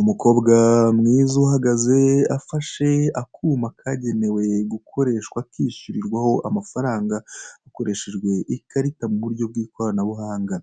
Umukobwa mwiza uhagaze afashe akuma kagenewe gukoreshwa kishyurirwaho amafaranga hakoreshejwe ikarita mu buryo bw'ikoranabuhanga